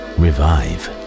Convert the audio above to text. revive